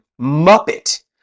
muppet